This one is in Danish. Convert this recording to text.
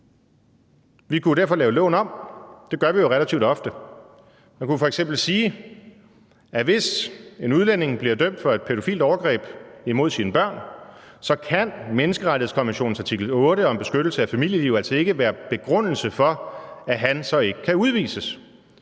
Vi kunne derfor lave loven om, og det gør vi jo relativt ofte. Man kunne f.eks. sige, at hvis en udlænding bliver dømt for et pædofilt overgreb mod sine børn, så kan menneskerettighedskonventionens artikel 8 om beskyttelse af familieliv altså ikke være begrundelse for, at han ikke kan udvises.